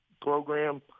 program